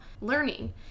learning